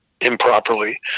improperly